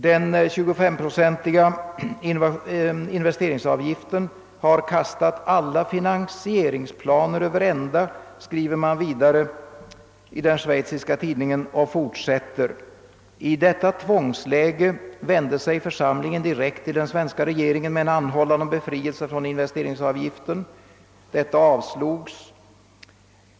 Den 25-procentiga investeringsavgiften har kastat alla finansieringsplaner över ända, skriver man i den schweiziska tidningen och fortsätter: »I detta tvångsläge vände sig församlingen direkt till den svenska regeringen med en anhållan om befrielse från investeringsavgiften. Detta avslogs av regeringen.